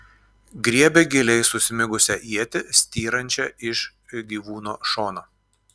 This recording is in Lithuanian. griebė giliai susmigusią ietį styrančią iš gyvūno šono